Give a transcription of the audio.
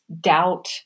doubt